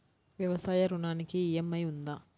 వ్యవసాయ ఋణానికి ఈ.ఎం.ఐ ఉందా?